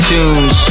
Tunes